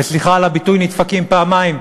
וסליחה על הביטוי, נדפקים פעמיים: